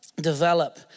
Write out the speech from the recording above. develop